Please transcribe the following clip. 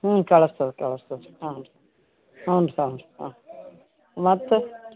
ಹ್ಞೂ ಕಳ್ಸ್ತೀವಿ ಕಳ್ಸ್ತೀವಿ ಹ್ಞೂ ರೀ ಹ್ಞೂ ರೀ ಹ್ಞೂ ರೀ ಹಾಂ ಮತ್ತು